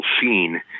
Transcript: scene